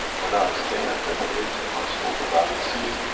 when i stay and elevate my soul that i receive,